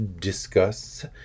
discuss